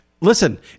listen